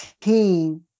team